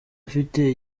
afite